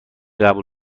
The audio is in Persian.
قبول